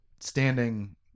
standing